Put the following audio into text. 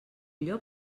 llop